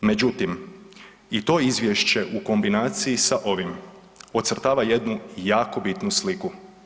Međutim, i to izvješće u kombinaciji sa ovim ocrtava jednu jako bitnu sliku.